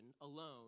alone